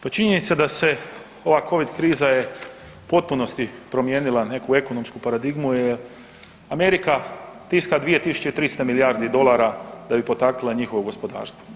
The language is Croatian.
Pa činjenica da je ova Covid kriza u potpunosti promijenila neku ekonomsku paradigmu jer Amerika tiska 2 tisuće i 300 milijardi dolara da bi potakla njihovo gospodarstvo.